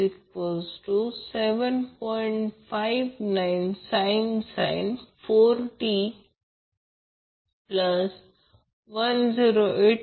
59 sin sin 4t108